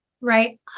right